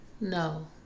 No